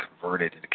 converted